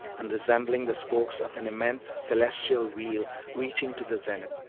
and resembling the spokes of an immense celestial wheel reaching to the zenith.